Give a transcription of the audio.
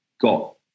got